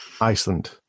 Iceland